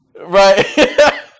right